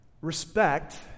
respect